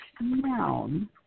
noun